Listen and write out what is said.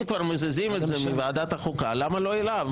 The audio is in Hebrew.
אם כבר מזיזים את זה מוועדת החוקה, למה לא אליו?